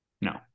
No